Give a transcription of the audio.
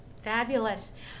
Fabulous